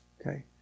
Okay